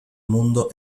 mundo